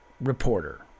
reporter